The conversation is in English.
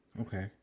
Okay